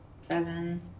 seven